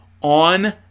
on